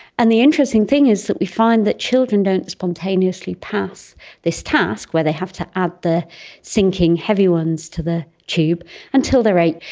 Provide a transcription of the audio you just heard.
and the interesting thing is that we find that children don't spontaneously pass this task where they have to add the sinking heavy ones to the tube until they are eight.